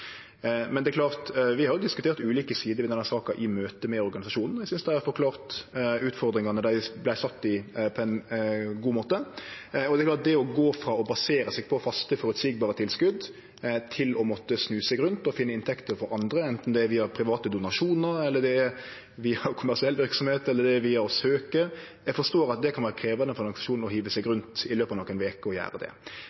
Det er klart vi har diskutert ulike sider ved denne saka i møte med organisasjonen. Eg synest dei har forklart utfordringane dei vart sette i, på ein god måte. Og det er klart at det å gå frå å basere seg på faste, føreseielege tilskot til å måtte snu seg rundt og finne inntekter frå andre, anten det er private donasjonar, kommersiell verksemd eller via å søkje, forstår eg kan vere krevjande for ein organisasjon – å hive seg